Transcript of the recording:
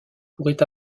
pourrait